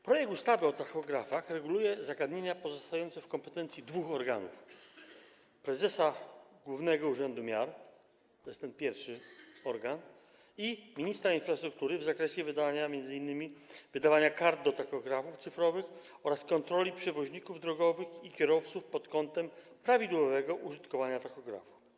Projekt ustawy o tachografach reguluje zagadnienia pozostające w kompetencji dwóch organów: prezesa Głównego Urzędu Miar - to jest ten pierwszy organ - i ministra infrastruktury w zakresie m.in. wydawania kart do tachografów cyfrowych oraz kontroli przewoźników drogowych i kierowców pod kątem prawidłowego użytkowania tachografu.